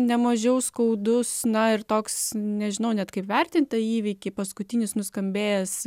nemažiau skaudus na ir toks nežinau net kaip vertint tą įvykį paskutinis nuskambėjęs